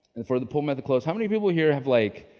and for the pull method close, how many people here have like,